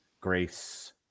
grace